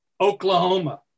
Oklahoma